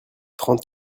trente